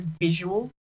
visual